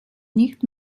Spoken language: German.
nicht